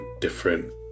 different